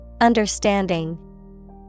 Understanding